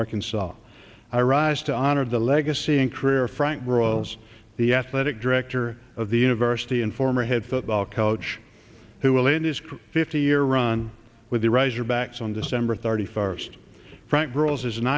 arkansas i rise to honor the legacy and career frank royal's the athletic director of the university and former head football coach who will end this fifty year run with the razorbacks on december thirty first frank rose is an